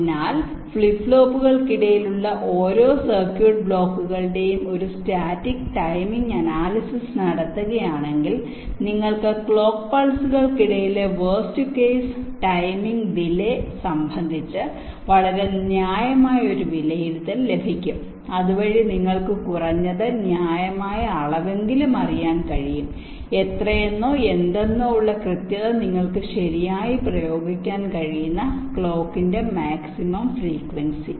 അതിനാൽ ഫ്ലിപ്പ് ഫ്ലോപ്പുകൾക്കിടയിലുള്ള ഓരോ സർക്യൂട്ട് ബ്ലോക്കുകളുടെയും ഒരു സ്റ്റാറ്റിക് ടൈമിംഗ് അനാലിസിസ് നടത്തുകയാണെങ്കിൽ നിങ്ങൾക്ക് ക്ലോക്ക് പൾസുകൾക്കിടയിലെ വേർസ്റ് കേസ് ടൈമിംഗ് ഡിലെ സംബന്ധിച്ച് വളരെ ന്യായമായ ഒരു വിലയിരുത്തൽ ലഭിക്കും അതുവഴി നിങ്ങൾക്ക് കുറഞ്ഞത് ന്യായമായ അളവെങ്കിലും അറിയാൻ കഴിയും എത്രയെന്നോ എന്തെന്നോ ഉള്ള കൃത്യത നിങ്ങൾക്ക് ശരിയായി പ്രയോഗിക്കാൻ കഴിയുന്ന ക്ലോക്കിന്റെ മാക്സിമം ഫ്രേക്വീൻസി